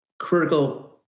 Critical